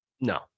No